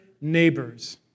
neighbors